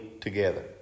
together